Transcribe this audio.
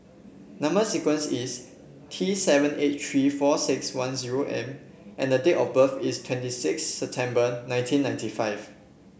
number sequence is T seven eight three four six one zero M and the date of birth is twenty six September nineteen ninety five